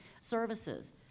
services